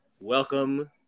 welcome